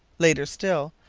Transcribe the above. later still,